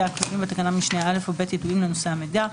הכלולים בתקנת משנה (א) או (ב) ידועים לנושא המידע,